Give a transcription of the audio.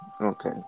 Okay